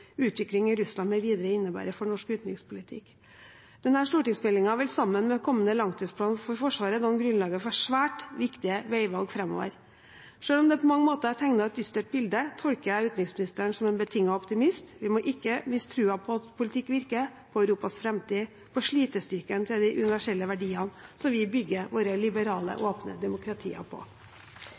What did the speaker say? utvikling i Russland mv. innebærer for norsk utenrikspolitikk. Denne stortingsmeldingen, sammen med kommende langtidsplan for Forsvaret, vil danne grunnlag for svært viktige veivalg framover. Selv om det på mange måter er tegnet et dystert bilde, tolker jeg utenriksministeren som en betinget optimist – vi må ikke miste troen på at politikk virker, på Europas framtid, på slitestyrken til de universelle verdiene som vi bygger våre liberale, åpne demokratier på.